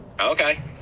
Okay